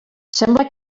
sembla